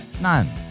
None